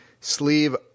sleeve